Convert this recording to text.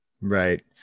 Right